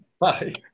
Bye